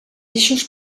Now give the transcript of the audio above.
eixos